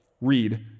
read